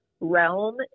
realm